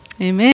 Amen